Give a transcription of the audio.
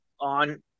on